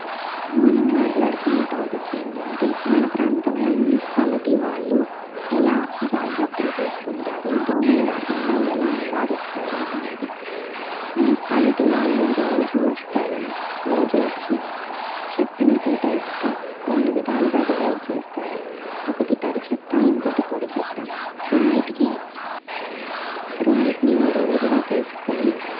మనం మాట్లాడుకునే టాపిక్ ఏంటంటే మన ప్రాంతంలో మునిసిపాలిటీ వాళ్ళు ఎలా జాగ్రత్తలు తీసుకుంటారు దోమలు రాకుండా ఎలా నివారిస్తారు అనేది మునిసిపాలిటీ వాళ్ళు రోజు వస్తారు రోజు వచ్చి చెత్తని టూ టైప్స్గా రెండు విధాలుగా డివైడ్ చేస్తారు ఒకటి తడి చెత్త ఇంకొకటి పొడి చెత్త రెండుటికి రెండుటిని విడివిడిగా తీసుకుని